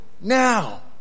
now